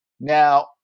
now